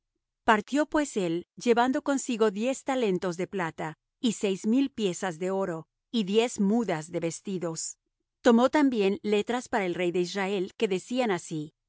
partió pues él llevando consigo diez talentos de plata y seis mil piezas de oro y diez mudas de vestidos tomó también letras para el rey de israel que decían así